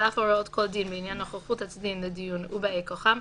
אף הוראות כל דין בעניין נוכחות הצדדים לדיון ובאי כוחם,